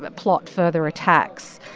but plot further attacks.